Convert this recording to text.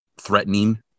threatening